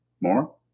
More